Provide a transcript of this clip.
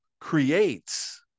creates